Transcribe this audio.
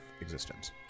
existence